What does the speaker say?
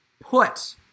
put